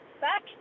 back